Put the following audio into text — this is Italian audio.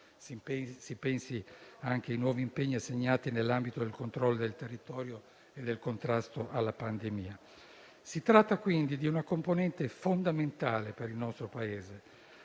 (si pensi anche ai nuovi impegni assegnati nell'ambito del controllo del territorio e del contrasto alla pandemia). Si tratta, quindi, di una componente fondamentale per il nostro Paese,